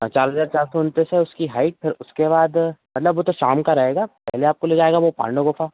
हाँ चार हजार चार सौ उनतीस है उसकी हाइट फिर उसके बाद मतलब वो तो शाम का रहेगा पहले आपको ले जाएगा वो पांडव गुफ़ा